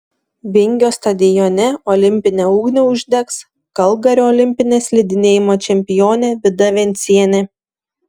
vingio stadione olimpinę ugnį uždegs kalgario olimpinė slidinėjimo čempionė vida vencienė